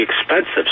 expensive